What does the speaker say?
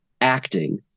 acting